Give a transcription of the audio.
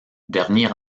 derniers